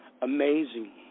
Amazing